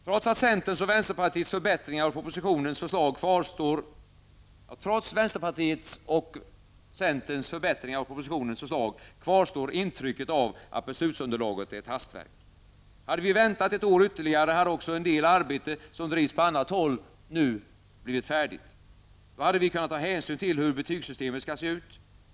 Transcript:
Trots centerns och vänsterpartiets förbättringar av propositionens förslag, kvarstår intrycket av att beslutsunderlaget är ett hastverk. Hade vi väntat ett år ytterligare, hade också en del arbetes som nu bedrivs på annat håll blivit färdigt. Då hade vi kunnat ta hänsyn till hur betygssystemet skall se ut.